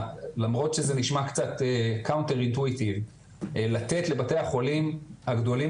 למרות שזה נשמע קצת קאונטר אינטואיטיבי לתת לבתי החולים הגדולים